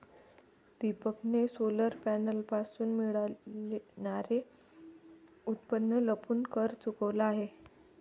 दीपकने सोलर पॅनलपासून मिळणारे उत्पन्न लपवून कर चुकवला आहे